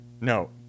No